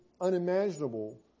unimaginable